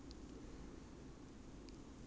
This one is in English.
ya you are breaking the norm already by being the scrub kid